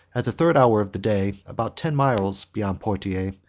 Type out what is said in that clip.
at the third hour of the day, about ten miles beyond poitiers,